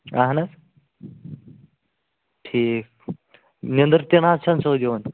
اَہن حظ ٹھیٖک نیٚنٛدٕر تہِ نہ حظ چھَنہٕ سیوٚد یِوان